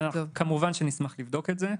כמובן שנשמח לבדוק את זה.